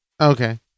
okay